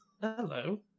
Hello